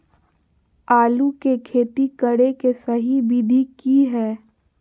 आलू के खेती करें के सही विधि की हय?